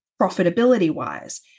profitability-wise